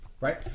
right